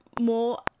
more